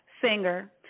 singer